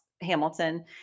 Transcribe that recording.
Hamilton